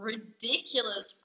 Ridiculous